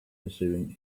pursuing